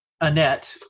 Annette